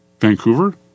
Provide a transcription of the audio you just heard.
Vancouver